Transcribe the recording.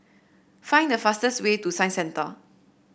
find the fastest way to Science Centre